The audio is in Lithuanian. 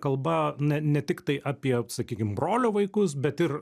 kalba ne ne tiktai apie sakykim brolio vaikus bet ir